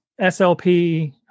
SLP